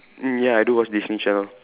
mm ya I do watch Disney channel